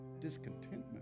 discontentment